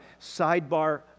sidebar